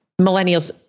millennials